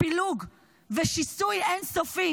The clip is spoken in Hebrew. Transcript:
בפילוג ובשיסוי אין-סופי